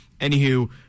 Anywho